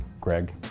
Greg